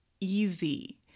easy